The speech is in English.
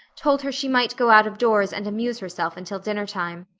told her she might go out-of-doors and amuse herself until dinner time.